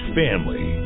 family